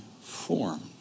formed